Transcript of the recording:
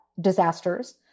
disasters